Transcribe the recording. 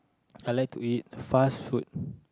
I like to eat fast food